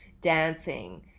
dancing